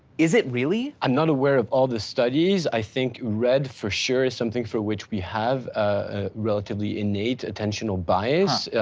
is it really? i'm not aware of all the studies, i think red for sure is something for which we have a relatively innate attentional bias,